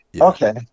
Okay